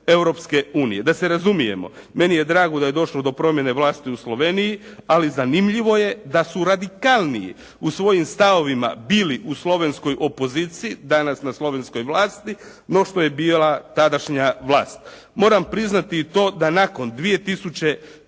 Europske Unije. Da se razumijemo, meni je drago da je došlo do promjene vlasti u Sloveniji, ali zanimljivo je da su radikalniji u svojim stavovima bili u slovenskoj opoziciji, danas na slovenskoj vlasti, no što je bila tadašnja vlast. Moram priznati i to da nakon 2004.